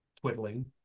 twiddling